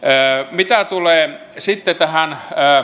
mitä tulee sitten tähän